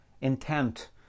intent